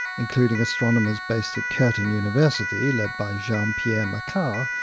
including astronomers based at curtin university led by jean-pierre macquart,